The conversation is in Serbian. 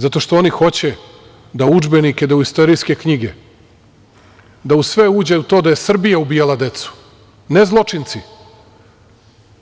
Zato što oni hoće da udžbenike, da u istorijske knjige, da u sve uđe da ja Srbija ubijala decu, ne zločinci,